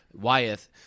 Wyeth